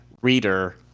reader